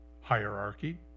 hierarchy